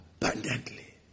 abundantly